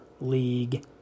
league